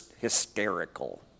hysterical